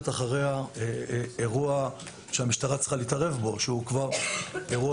אחריה אירוע שהמשטרה צריכה להתערב בו שהוא כבר אירוע